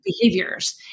behaviors